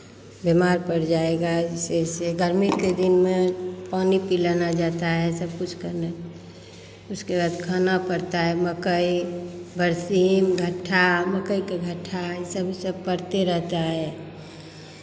बिमार पड़ जाएगा जैसे ऐसे गर्मी के दिन में पानी पिलाना जाता है सब कुछ करना उसके बाद खाना पड़ता हो मकई बरसीन घट्ठा मकई का घट्ठा पड़ता रहता है